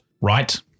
right